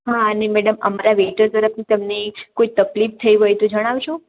હા અને મેડમ અમારા વેટર તરફથી તમને કોઈ તકલીફ થઇ હોય તો જણાવશો